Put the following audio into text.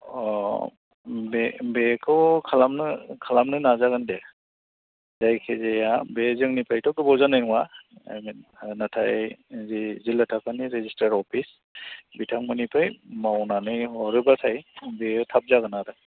अ बे बेखौ खालामनो खालामनो नाजागोन दे जायखिजाया बे जोंनिफ्रायथ' गोबाव जानाय नङा नाथाय बे जिल्ला थाखोनि रेजिस्टार अफिस बिथांमोननिफ्राय मावनानै हरोब्लाथाय बेयो थाब जागोन आरो